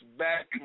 back